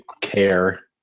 care